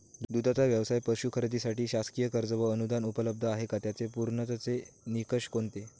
दूधाचा व्यवसायास पशू खरेदीसाठी शासकीय कर्ज व अनुदान उपलब्ध आहे का? त्याचे पूर्ततेचे निकष कोणते?